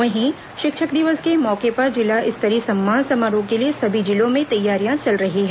वहीं शिक्षक दिवस के मौके पर जिला स्तरीय सम्मान समारोह के लिए सभी जिलों में तैयारियां चल रही हैं